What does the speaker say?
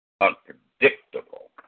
Unpredictable